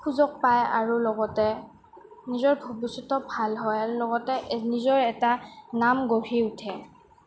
সুযোগ পায় আৰু লগতে নিজৰ ভৱিষ্যতো ভাল হয় আৰু লগতে নিজৰ এটা নাম গঢ়ি উঠে